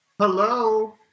Hello